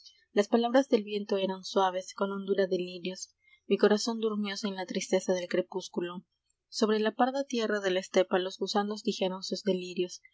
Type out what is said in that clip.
las palabras del viento eran suaves con hondura de lirios mi corazón durmióse en la tristeza del crepúsculo sobre la parda tierra de la estepa los gusanos dijeron sus delirios